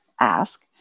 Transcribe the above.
ask